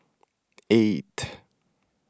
eight